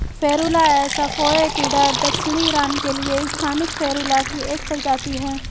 Ferula assa foetida दक्षिणी Iran के लिए स्थानिक फेरुला की एक प्रजाति है